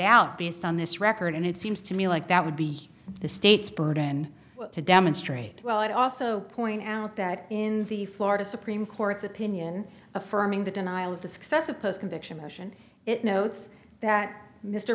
out based on this record and it seems to me like that would be the state's burden to demonstrate well i'd also point out that in the florida supreme court's opinion affirming the denial of the success of post conviction motion it notes that mr